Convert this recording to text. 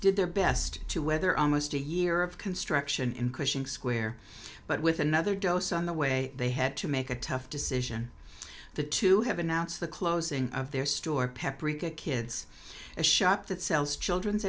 did their best to weather almost a year of construction in cushing square but with another dose on the way they had to make a tough decision the two have announced the closing of their store peppery kids a shop that sells children's